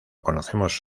conocemos